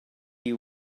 you